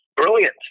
brilliant